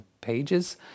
pages